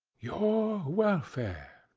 your welfare!